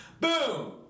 boom